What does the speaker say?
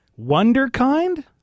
Wonderkind